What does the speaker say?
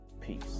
Peace